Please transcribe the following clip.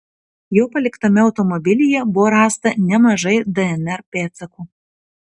jo paliktame automobilyje buvo rasta nemažai dnr pėdsakų